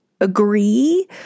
agree